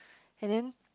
and then